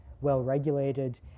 well-regulated